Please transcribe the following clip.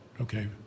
okay